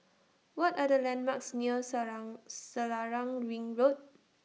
What Are The landmarks near Selarang Ring Road